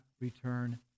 return